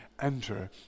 enter